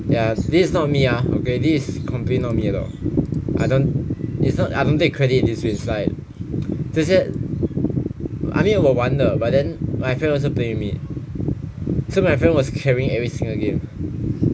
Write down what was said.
ya this is not me ah okay this is completely not me at all I don't it's not I don't take credit this way it's like she said I mean 我玩的 but then my friend also playing with me so my friend was carrying every single game